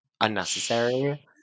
unnecessary